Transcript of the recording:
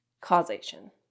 causation